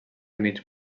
mig